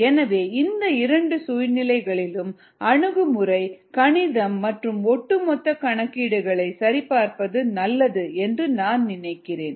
எனவே இந்த இரண்டு சூழ்நிலைகளிலும் அணுகுமுறை கணிதம் மற்றும் ஒட்டுமொத்த கணக்கீடுகளை சரிபார்ப்பது நல்லது என்று நான் நினைக்கிறேன்